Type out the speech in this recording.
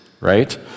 right